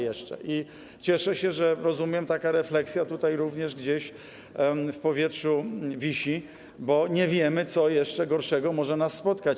I cieszę się, że, rozumiem, taka refleksja tutaj również gdzieś w powietrzu wisi, bo nie wiemy, co jeszcze gorszego może nas spotkać.